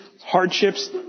hardships